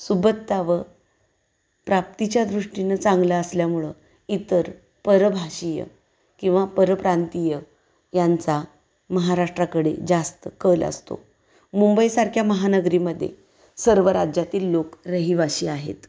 सुबत्ता व प्राप्तीच्यादृष्टीनं चांगलं असल्यामुळं इतर परभाषीय किंवा परप्रांतीय यांचा महाराष्ट्राकडे जास्त कल असतो मुंबईसारख्या महानगरीमध्ये सर्व राज्यातील लोक रहिवाशी आहेत